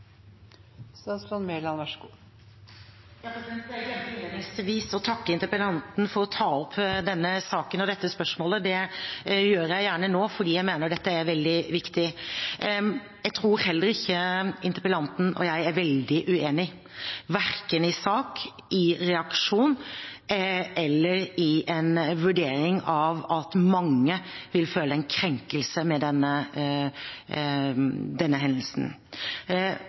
innledningsvis å takke interpellanten for å ta opp denne saken og dette spørsmålet. Det gjør jeg gjerne nå, for jeg mener dette er veldig viktig. Jeg tror heller ikke interpellanten og jeg er veldig uenige, verken i sak, i reaksjon eller i en vurdering av at mange vil føle en krenkelse ved denne hendelsen.